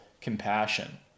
compassion